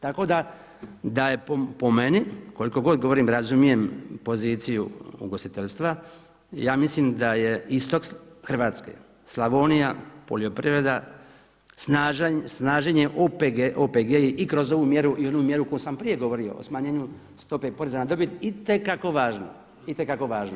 Tako da je po meni, koliko god govorim razumijem poziciju ugostiteljstva, ja mislim da je istok Hrvatske, Slavonija, poljoprivreda snaženje OPG-a i kroz ovu mjeru i onu mjeru koju sam prije govorio o smanjenju stope poreza na dobit itekako važna.